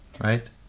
right